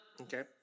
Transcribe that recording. Okay